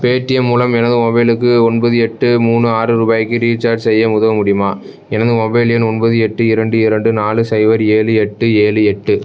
Paytm மூலம் எனது மொபைலுக்கு ஒன்பது எட்டு மூணு ஆறு ரூபாய்க்கு ரீசார்ஜ் செய்ய உதவ முடியுமா எனது மொபைல் எண் ஒம்பது எட்டு இரண்டு இரண்டு நாலு சைபர் ஏழு எட்டு ஏழு எட்டு